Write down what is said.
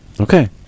Okay